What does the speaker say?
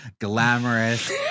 glamorous